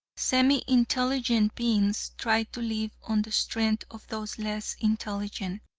semi-intelligent beings try to live on the strength of those less intelligent.